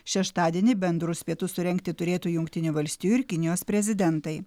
šeštadienį bendrus pietus surengti turėtų jungtinių valstijų ir kinijos prezidentai